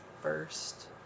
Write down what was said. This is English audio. first